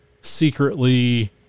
secretly